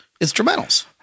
instrumentals